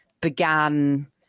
began